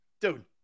Dude